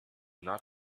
not